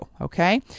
okay